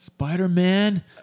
Spider-Man